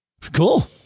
cool